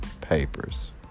Papers